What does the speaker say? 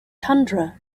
tundra